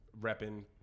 repping